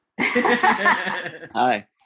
Hi